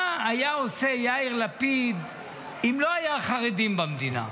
מה היה עושה יאיר לפיד אם לא היו חרדים במדינה?